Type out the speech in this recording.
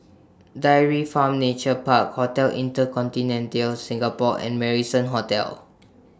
Dairy Farm Nature Park Hotel InterContinental Singapore and Marrison Hotel